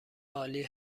عالی